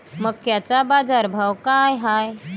मक्याचा बाजारभाव काय हाय?